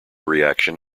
reaction